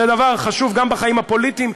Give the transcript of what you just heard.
זה דבר חשוב גם בחיים הפוליטיים,